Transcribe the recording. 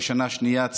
בשנה השנייה,